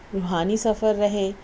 روحانی سفر رہے